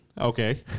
Okay